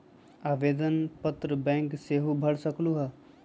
आवेदन पत्र बैंक सेहु भर सकलु ह?